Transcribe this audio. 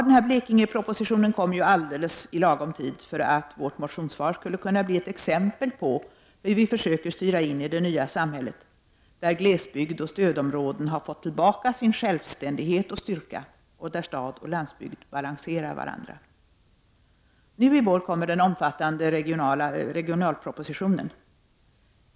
Den här Blekingepropositionen kom ju alldeles i lagom tid för att vårt motionssvar skulle kunna bli ett exempel på hur vi försöker styra in i det nya samhället, där glesbygd och stödområden har fått tillbaka sin självständighet och styrka och där stad och landsbygd balanserar varandra. Nu i vår kommer den omfattande regionalpropositionen.